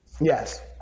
Yes